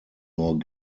nur